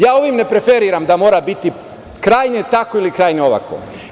Ja ovim ne preferiram da mora biti krajnje tako ili krajnje ovako.